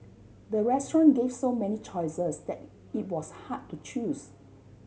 the restaurant gave so many choices that it was hard to choose